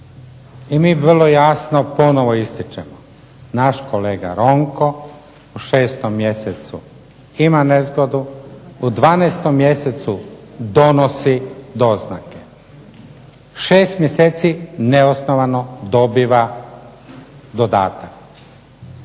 I mi vrlo jasno ponovo ističemo naš kolega Ronko u 6 mjesecu ima nezgodu, u 12 mjesecu donosi doznake. 6 mjeseci neosnovano dobiva dodatak.